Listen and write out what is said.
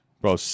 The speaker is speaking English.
bro